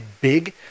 big